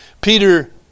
Peter